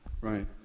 Right